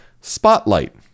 spotlight